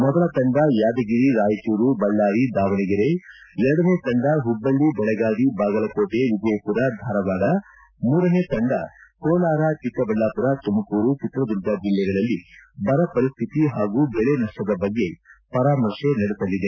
ಮೊದಲ ತಂಡ ಯಾದಗಿರಿ ರಾಯಚೂರು ಬಳ್ಳಾರಿ ದಾವಣಗೆರೆ ಎರಡನೇ ತಂಡ ಹುಬ್ಬಳ್ಳಿ ಬೆಳಗಾವಿ ಬಾಗಲಕೋಟೆ ವಿಜಯಪುರ ಧಾರವಾಡ ಮೂರನೇ ತಂಡ ಕೋಲಾರ ಚಿಕ್ಕಬಳ್ಳಾಪುರ ತುಮಕೂರು ಚಿತ್ರದುರ್ಗ ಜಿಲ್ಲೆಗಳಲ್ಲಿ ಬರ ಪರಿಸ್ಥಿತಿ ಹಾಗೂ ಬೆಳೆ ನಷ್ಟ ಬಗ್ಗೆ ಪರಾಮರ್ಶೆ ನಡೆಸಲಿದೆ